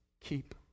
Keep